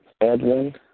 Edwin